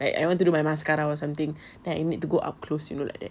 like I want to do my mascara or something then I need to go up close you know like that